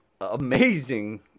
amazing